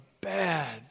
bad